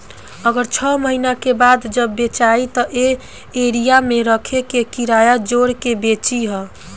अगर छौ महीना बाद जब बेचायी त ए एरिया मे रखे के किराया जोड़ के बेची ह